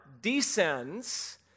descends